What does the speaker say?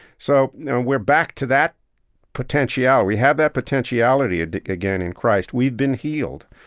so we're back to that potentiality. we have that potentiality, ah again, in christ. we've been healed.